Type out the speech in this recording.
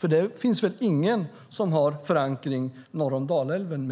Där finns, mig veterligt, ingen som har förankring norr om Dalälven. Om